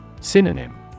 Synonym